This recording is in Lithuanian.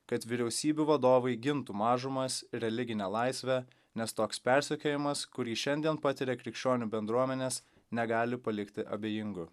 kad vyriausybių vadovai gintų mažumas religinę laisvę nes toks persekiojimas kurį šiandien patiria krikščionių bendruomenės negali palikti abejingų